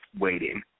waiting